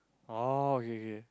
oh okay okay